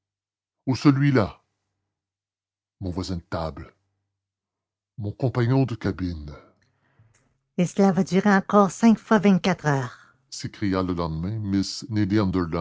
ou celui-là mon voisin de table mon compagnon de cabine et cela va durer encore cinq fois vingt-quatre heures s'écria le lendemain miss